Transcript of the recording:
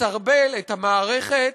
מסרבל את המערכת,